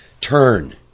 Turn